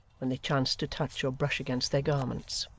when they chanced to touch or brush against their garments.